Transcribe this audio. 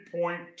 point